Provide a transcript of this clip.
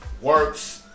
works